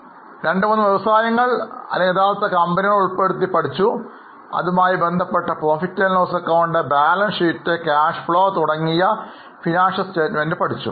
പിന്നീട് രണ്ട് മൂന്ന് വ്യവസായങ്ങൾ അല്ലെങ്കിൽ യഥാർത്ഥ കമ്പനികളെ ഉൾപ്പെടുത്തി പഠിച്ചു അതുമായി ബന്ധപ്പെട്ട PL ബാലൻസ് ഷീറ്റ് പണമൊഴുക്ക് എന്നീ വിവിധ സാമ്പത്തിക പ്രസ്താവനകൾ പഠിച്ചു